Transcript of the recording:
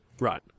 Right